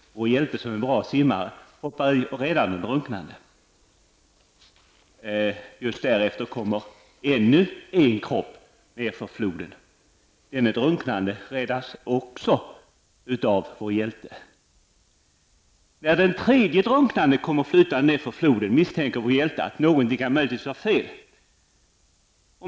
Vår hjälte, som är en bra simmare, hoppar i och räddar den drunknande. Strax därefter kommer ännu en kropp nedför floden. Denne drunknande räddas också av vår hjälte. När den tredje drunknande kommer flytande nedför floden misstänker vår hjälte att någonting möjligtvis kan vara fel.